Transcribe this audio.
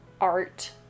art